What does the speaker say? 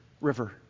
river